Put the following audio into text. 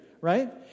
right